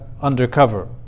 undercover